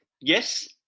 yes